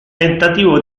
tentativo